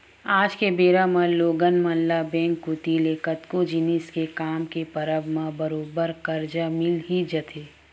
आज के बेरा म लोगन मन ल बेंक कोती ले कतको जिनिस के काम के परब म बरोबर करजा मिल ही जाथे